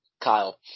Kyle